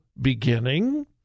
beginning